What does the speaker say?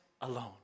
alone